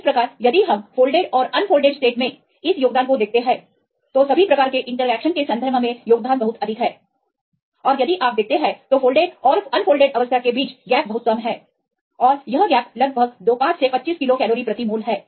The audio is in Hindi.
इस प्रकार यदि हम फोल्डेड स्टेट और अनफोल्डेड स्टेट में इस योगदान को देखते हैं तो सभी प्रकार के इंटरैक्शन के संदर्भ में योगदान बहुत अधिक है और यदि आप देखते हैं तो फोल्डेड और अनफोल्डेड अवस्था के बीच अंतर बहुत कम है और यह अंतर लगभग 5 से 25 किलो कैलोरी प्रति मोल है